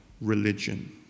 religion